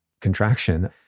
contraction